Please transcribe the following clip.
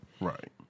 Right